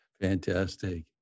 Fantastic